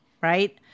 right